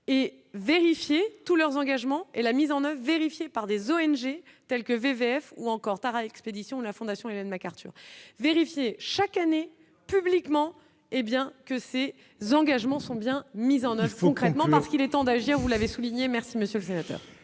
et vérifier tous leurs engagements et la mise en oeuvre vérifié par des ONG telles que VVF ou encore Tara Expéditions, la Fondation Ellen MacArthur vérifier chaque année publiquement, et bien que c'est sans engagement sont bien mises en 9 concrètement parce qu'il est temps d'agir, vous l'avez souligné merci monsieur le sénateur.